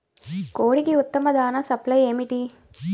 కోడికి ఉత్తమ దాణ సప్లై ఏమిటి?